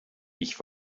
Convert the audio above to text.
ich